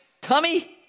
tummy